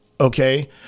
Okay